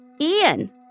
Ian